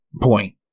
point